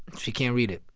she can't read it.